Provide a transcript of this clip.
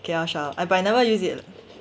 K I shall but I never use it